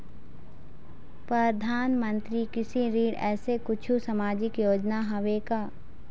परधानमंतरी कृषि ऋण ऐसे कुछू सामाजिक योजना हावे का?